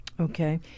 Okay